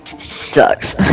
Sucks